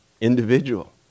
individual